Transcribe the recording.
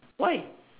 why